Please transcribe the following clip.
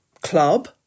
club